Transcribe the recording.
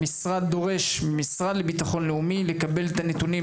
הוועדה דורשת מהמשרד לביטחון לאומי לקבל את הנתונים